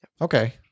okay